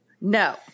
No